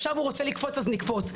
עכשיו הוא רוצה לקפוץ אז נקפוץ,